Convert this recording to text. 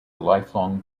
lifelong